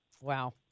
Wow